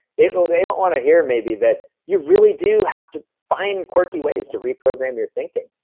they so they don't want to hear maybe that you really do have to find quirky ways to reprogram your thinking.